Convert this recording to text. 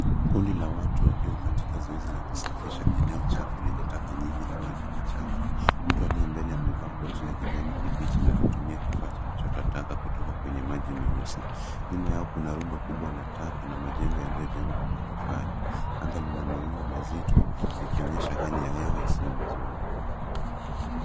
Kundi la watu wakiwa katika zoezi la kusafisha eneo chafu lenye taka nyingi na maji machafu. Mtu aliye mbele amevaa koti la kijani kibichi na anatumia kifaa cha kuchota taka kutoka kwenye maji meusi. Nyuma yao kuna rundo kubwa la taka na majengo yaliyojengwa kwa matofali. Anga lina mawingu mazito likionyesha hali ya hewa isiyo mzuri.